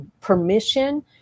permission